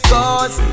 Cause